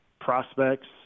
prospects